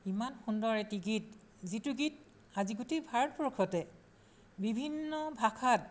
ইমান সুন্দৰ এটি গীত যিটো গীত আজি গোটেই ভাৰতবৰ্ষতে বিভিন্ন ভাষাত